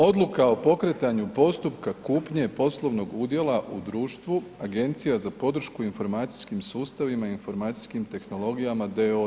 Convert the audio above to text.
Odluka o pokretanju postupka kupnje poslovnog udjela u društvu Agencija za podršku informacijskim sustavima i informacijskim tehnologijama d.o.o.